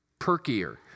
perkier